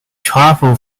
travel